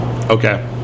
Okay